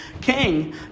king